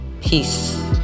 peace